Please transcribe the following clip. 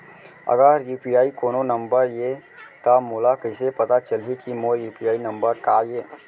अगर यू.पी.आई कोनो नंबर ये त मोला कइसे पता चलही कि मोर यू.पी.आई नंबर का ये?